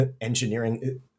engineering